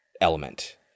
element